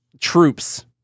troops –